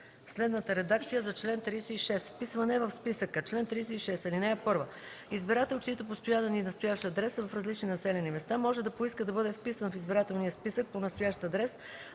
следната редакция за чл. 36: „Вписване в списъка Чл. 36. (1) Избирател, чийто постоянен и настоящ адрес са в различни населени места, може да поиска да бъде вписан в избирателния списък по настоящ адрес